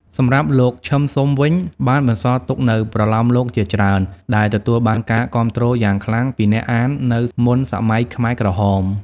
សម្រាប់់លោក ឈឹម ស៊ុម វិញ បានបន្សល់ទុកនូវប្រលោមលោកជាច្រើនដែលទទួលបានការគាំទ្រយ៉ាងខ្លាំងពីអ្នកអាននៅមុនសម័យខ្មែរក្រហម។